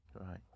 right